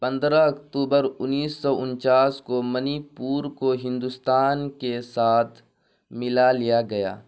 پندرہ اکتوبر انیس سو انچاس کو منی پور کو ہندوستان کے ساتھ ملا لیا گیا